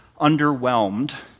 underwhelmed